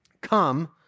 Come